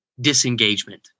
Disengagement